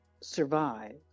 survive